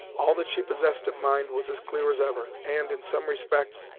all that she possessed of mind was as clear as ever, and, in some respects,